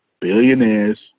Billionaires